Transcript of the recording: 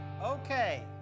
Okay